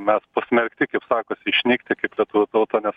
mes pasmerkti kaip sakosi išnykti kaip lietuvių tauta nes